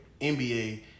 NBA